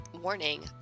warning